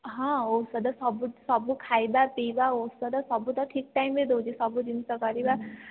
ହଁ ଔଷଧ ସବୁ ସବୁ ଖାଇବାପିଇବା ଔଷଧ ସବୁ ତ ଠିକ୍ ଟାଇମ୍ ରେ ଦେଉଛି ସବୁ ଜିନିଷ କରିବା